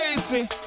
crazy